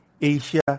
Asia